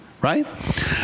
right